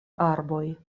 arboj